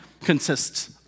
consists